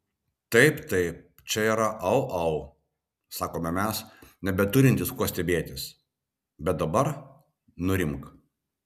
taip taip čia yra au au sakome mes nebeturintys kuo stebėtis bet dabar nurimk